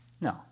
No